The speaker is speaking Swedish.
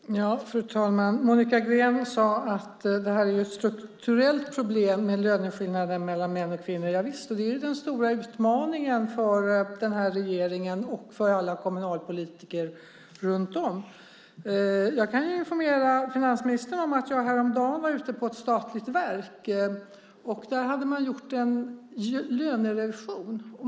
Fru talman! Monica Green sade att löneskillnaderna mellan män och kvinnor är ett strukturellt problem. Javisst, och det är den stora utmaningen för regeringen och för alla kommunalpolitiker runt om. Jag kan informera finansministern om att jag häromdagen var ute på ett statligt verk. Där hade man gjort en lönerevision.